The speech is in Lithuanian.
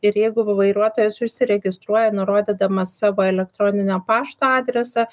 ir jeigu vairuotojas užsiregistruoja nurodydamas savo elektroninio pašto adresą